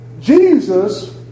Jesus